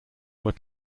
were